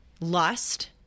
Lust